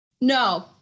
No